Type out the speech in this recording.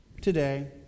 today